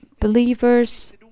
Believers